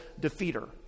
defeater